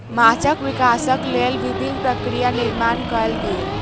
माँछक विकासक लेल विभिन्न प्रक्रिया निर्माण कयल गेल